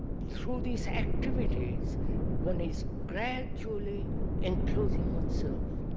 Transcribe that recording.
through these activities one is gradually enclosing oneself,